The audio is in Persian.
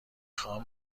خواهم